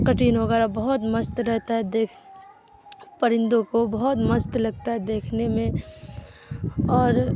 کٹن وغیرہ بہت مست رہتا ہے دیکھ پرندوں کو بہت مست لگتا ہے دیکھنے میں اور